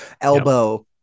elbow